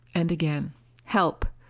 and again help.